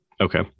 Okay